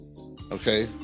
okay